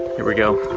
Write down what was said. here we go.